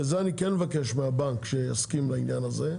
וזה אני כן מבקש מהבנק שיסכים בעניין הזה.